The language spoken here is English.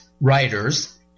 writers